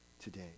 today